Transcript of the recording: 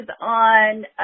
on